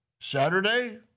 Saturday